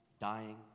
Dying